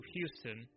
Houston